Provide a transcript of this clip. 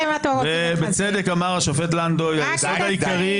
בצדק אמר השופט לנדוי שהיסוד העיקרי